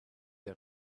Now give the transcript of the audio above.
der